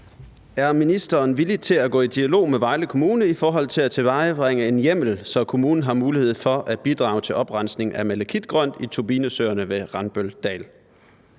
Er ministeren villig til at gå i dialog med Vejle Kommune i forhold til at tilvejebringe en hjemmel, så kommunen har mulighed for at bidrage til oprensningen af malakitgrønt i Turbinesøerne ved Randbøldal?